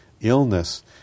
illness